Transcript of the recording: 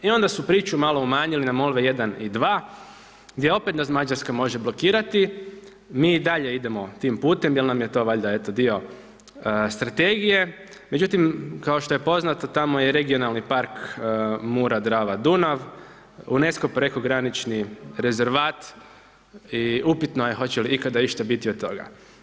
I onda su priču malo umanjili Molve 1 i 2 gdje opet Mađarska nas može blokirati, mi i dalje idemo tim putem jer to nam je valjda eto dio strategije, međutim kao što je poznato je Regionalni park Mura-Drava-Dunav, UNESCO-v prekogranični rezervat i upitno je hoće li ikada išta biti od toga.